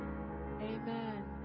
Amen